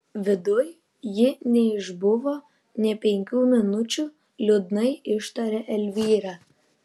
viduj ji neišbuvo nė penkių minučių liūdnai ištarė elvyra